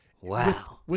Wow